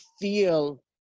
feel